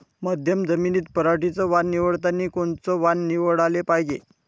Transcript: मध्यम जमीनीत पराटीचं वान निवडतानी कोनचं वान निवडाले पायजे?